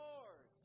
Lord